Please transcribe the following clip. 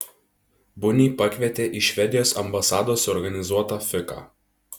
bunį pakvietė į švedijos ambasados suorganizuotą fiką